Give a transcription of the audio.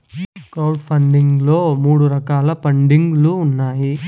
crowd funding లో మూడు రకాల పండింగ్ లు ఉన్నాయి